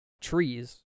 trees